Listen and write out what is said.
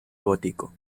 gótico